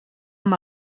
amb